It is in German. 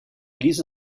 ließ